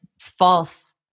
False